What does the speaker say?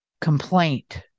complaint